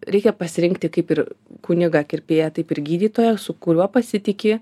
reikia pasirinkti kaip ir kunigą kirpėją taip ir gydytoją su kuriuo pasitiki